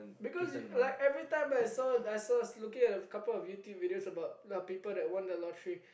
because you like everytime I saw I saw looking at couple of YouTube videos about people who won the lottery